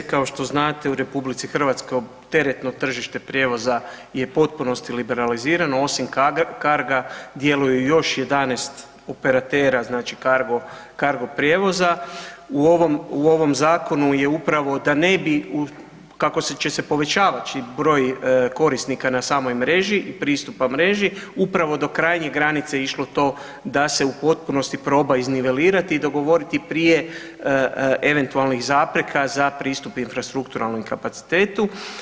Kao što znate, u RH teretno tržište prijevoza je u potpunosti liberalizirano, osim Carga, djeluje još 11 operatera znači Cargo prijevoza, u ovom zakonu je upravo da ne bi, kako će se povećavati broj korisnika na samoj mreži i pristupa mreži, upravo do krajnjih granica išlo to da se u potpunosti proba iznivelirati i dogovoriti prije eventualnih zapreka za pristup infrastrukturalnom kapacitetu.